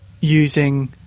using